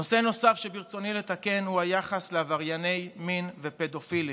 נושא נוסף שברצוני לתקן הוא היחס לעברייני מין ופדופילים,